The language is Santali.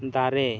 ᱫᱟᱨᱮ